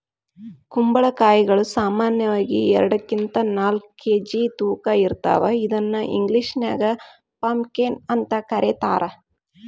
ಕುಂಬಳಕಾಯಿಗಳು ಸಾಮಾನ್ಯವಾಗಿ ಎರಡರಿಂದ ನಾಲ್ಕ್ ಕೆ.ಜಿ ತೂಕ ಇರ್ತಾವ ಇದನ್ನ ಇಂಗ್ಲೇಷನ್ಯಾಗ ಪಂಪಕೇನ್ ಅಂತ ಕರೇತಾರ